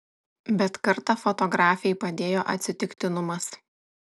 bet kartą fotografei padėjo atsitiktinumas